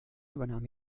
übernahm